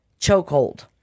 chokehold